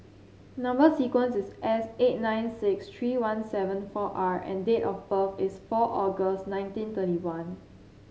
number sequence is S eight nine six three one seven four R and date of birth is four August nineteen thirty one